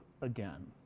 again